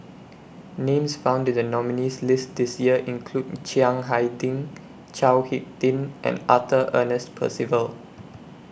Names found in The nominees' list This Year include Chiang Hai Ding Chao Hick Tin and Arthur Ernest Percival